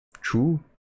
True